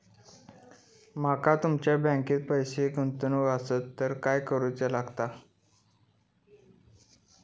माका तुमच्या बँकेत पैसे गुंतवूचे आसत तर काय कारुचा लगतला?